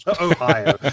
Ohio